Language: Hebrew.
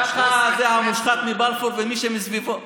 ככה זה המושחת מבלפור ומי שסביבו,